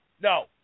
No